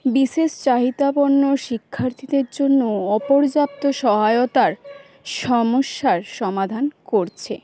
বিশেষ চাহিদাপূর্ণ শিক্ষার্থীদের জন্য অপর্যাপ্ত সহায়তার সমস্যার সমাধান করছে